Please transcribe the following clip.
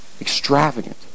Extravagant